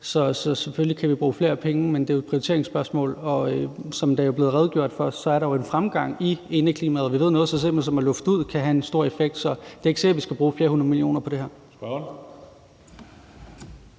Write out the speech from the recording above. Så selvfølgelig kan vi bruge flere penge, men det er jo et prioriteringsspørgsmål, og der er, som der også er blevet redegjort for, en fremgang i forhold til indeklimaet, og vi ved, at noget så simpelt som det at lufte ud kan have en stor effekt. Så det er ikke sikkert, at vi skal bruge flere hundrede